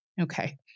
Okay